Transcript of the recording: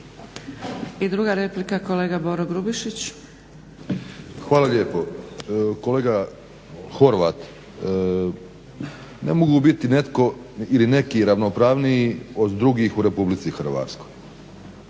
**Grubišić, Boro (HDSSB)** Hvala lijepo. Kolega Horvat, ne mogu biti netko ili neki ravnopravniji od drugih u Republici Hrvatskoj.